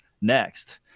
next